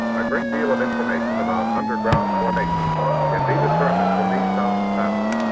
a great deal of information about underground formations can be determined from these sound.